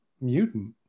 mutant